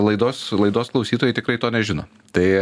laidos laidos klausytojai tikrai to nežino tai